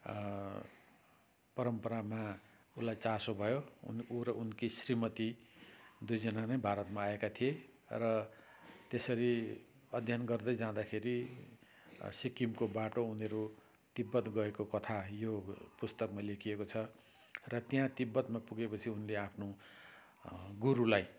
परम्परामा उनलाई चासो भयो अनि उ र उनकी श्रीमती दुईजना नै भारतमा आएका थिए र त्यसरी अध्ययन गर्दै जाँदाखेरि सिक्किमको बाटो उनीहरू तिब्बत गएको कथा यो पुस्तकमा लेखिएको छ र त्यहाँ तिब्बतमा पुगेपछि उनले आफ्नो गुरुलाई